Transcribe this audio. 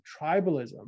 tribalism